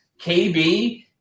KB